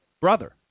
brother